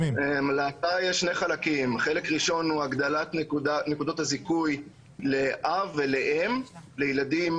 חלק ראשון הוא הגדלת נקודות הזיכוי לאב ולאם לילדים